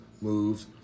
moves